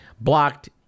blocked